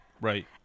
Right